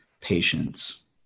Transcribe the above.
patience